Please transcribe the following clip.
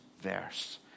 verse